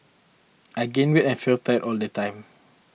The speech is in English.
I gained weight and felt tired all the time